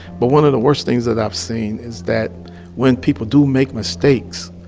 but one of the worst things that i've seen is that when people do make mistakes,